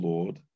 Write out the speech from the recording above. Lord